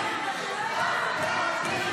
פחדנים.